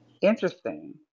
Interesting